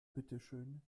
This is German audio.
bitteschön